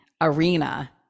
arena